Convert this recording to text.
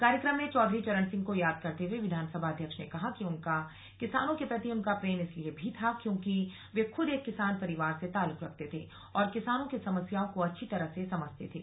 कार्यक्रम में चौधरी चरण सिंह को याद करते हुए विधानसभा अध्यक्ष ने कहा कि उनका किसानों के प्रति उनका प्रेम इसलिए भी था क्योंकि वे खुद एक किसान परिवार से ताल्लुक रखते थे और किसानों की समस्याओं को अच्छी तरह से समझते थे